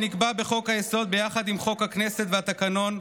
שנקבע בחוק-היסוד ביחד עם חוק הכנסת והתקנון,